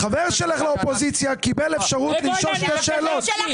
חבר שלך לאופוזיציה קיבל אפשרות לשאול שתי שאלות.